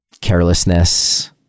carelessness